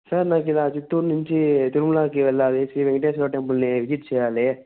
sir నాకు ఇలా చిత్తూరు నుంచి తిరుమలాకి వెళ్లాలి శ్రీ వెంకటేశ్వర టెంపుల్ని విజిట్ చేయాలి